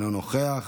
אינו נוכח,